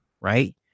Right